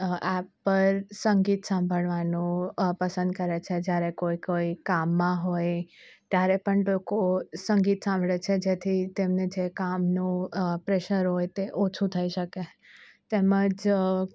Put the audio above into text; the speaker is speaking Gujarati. એપ પર સંગીત સાંભળવાનું પસંદ કરે છે જ્યારે કોઈ કોઈ કામમાં હોય ત્યારે પણ લોકો સંગીત સાંભળે છે જેથી તેમને જે કામનું પ્રેસર હોય તે ઓછું થઈ શકે તેમ જ